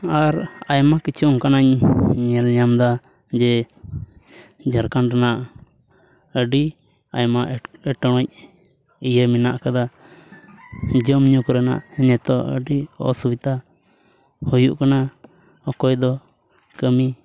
ᱟᱨ ᱟᱭᱢᱟ ᱠᱤᱪᱷᱩ ᱚᱱᱠᱟᱱᱟᱜ ᱤᱧ ᱧᱮᱞ ᱧᱟᱢᱫᱟ ᱡᱮ ᱡᱷᱟᱲᱠᱷᱚᱸᱰ ᱨᱮᱱᱟᱜ ᱟᱹᱰᱤ ᱟᱭᱢᱟ ᱮᱸᱴᱠᱮᱴᱚᱬᱮ ᱤᱭᱟᱹ ᱢᱮᱱᱟᱜ ᱠᱟᱫᱟ ᱡᱚᱢᱼᱧᱩ ᱠᱚᱨᱮᱱᱟᱜ ᱱᱤᱛᱚᱜ ᱟᱹᱰᱤ ᱚᱥᱩᱵᱤᱫᱷᱟ ᱦᱩᱭᱩᱜ ᱠᱟᱱᱟ ᱚᱠᱚᱭ ᱫᱚ ᱠᱟᱹᱢᱤ